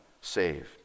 saved